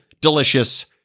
delicious